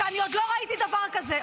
שאני עוד לא ראיתי דבר כזה.